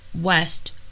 west